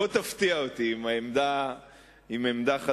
בוא ותפתיע אותי עם עמדה חדשה.